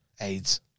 AIDS